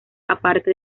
aparte